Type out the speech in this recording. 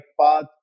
path